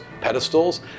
pedestals